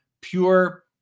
pure